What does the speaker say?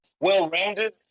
well-rounded